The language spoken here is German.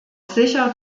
sicher